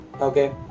okay